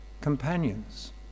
companions